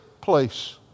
place